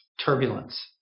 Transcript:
turbulence